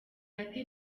ati